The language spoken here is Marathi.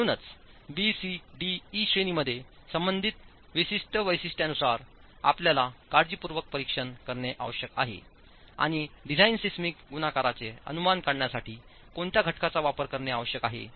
म्हणूनच बी सी डी ई श्रेणींमध्ये संबंधित विशिष्ट वैशिष्ट्यांनुसार आपल्याला काळजीपूर्वक परीक्षण करणे आवश्यक आहे आणि डिझाइन सिस्मिक गुणाकाराचे अनुमान काढण्यासाठी कोणत्या घटकांचा वापर करणे आवश्यक आहे